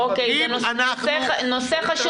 כל אחד --- זה נושא חשוב,